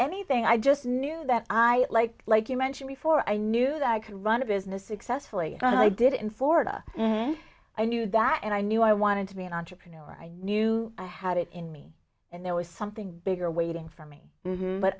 anything i just knew that i like like you mentioned before i knew that i could run a business successfully and i did in florida i knew that and i knew i wanted to be an entrepreneur i knew i had it in me and there was something bigger waiting for me